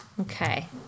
Okay